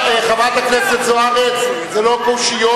חברת הכנסת זוארץ, זה לא קושיות,